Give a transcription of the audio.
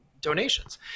donations